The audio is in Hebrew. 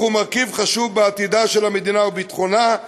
הוא מרכיב חשוב לעתידה של המדינה ולביטחונה,